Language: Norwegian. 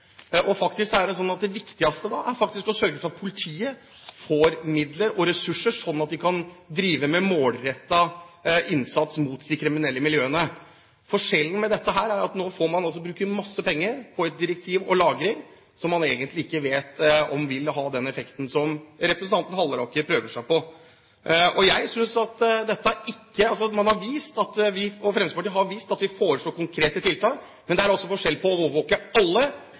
er faktisk å sørge for at politiet får midler og ressurser sånn at de kan drive med målrettet innsats mot de kriminelle miljøene. Forskjellen er at man nå får masse penger til å bruke på et direktiv og lagring, som man egentlig ikke vet om vil ha den effekten som representanten Halleraker prøver seg på. Fremskrittspartiet har foreslått konkrete tiltak, men det er altså forskjell på å overvåke alle